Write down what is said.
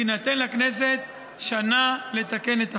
תינתן לכנסת שנה לתקן את החוק.